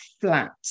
flat